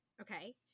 Okay